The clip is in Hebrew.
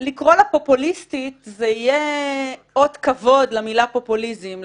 לקרוא לה פופוליסטית זה יהיה אות כבוד למילה פופוליזם,